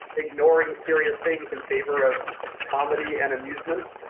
ignoring serious things in favor of comedy and amusement.